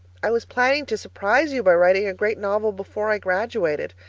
i was planning to surprise you by writing a great novel before i graduated.